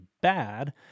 bad